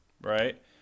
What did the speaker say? right